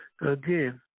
Again